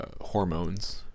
hormones